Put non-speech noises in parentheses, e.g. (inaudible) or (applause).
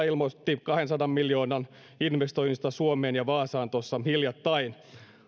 (unintelligible) ilmoitti kahdensadan miljoonan investoinnista suomeen ja vaasaan tuossa hiljattain